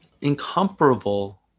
incomparable